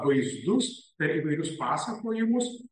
vaizdus per įvairius pasakojimus